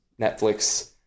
netflix